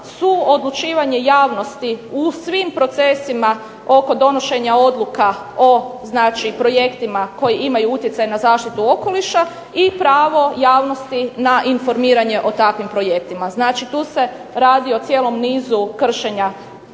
suodlučivanje javnosti u svim procesima oko donošenja odluka o znači projektima koji imaju utjecaj na zaštitu okoliša i pravo javnosti na informiranje o takvim projektima. Znači tu se radi o cijelom nizu kršenja